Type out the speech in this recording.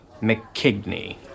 McKigney